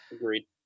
Agreed